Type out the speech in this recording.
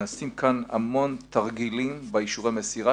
נעשים המון תרגילים באישורי המסירה,